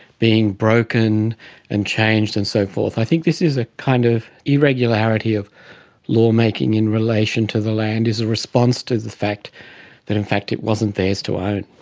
being broken and changed and so forth. i think this is a kind of irregularity of lawmaking in relation to the land is a response to the fact that in fact it wasn't theirs to own.